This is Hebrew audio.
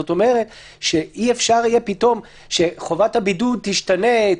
זאת אומרת שאי אפשר יהיה פתאום שחובת הבידוד תשתנה,